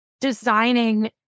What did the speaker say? designing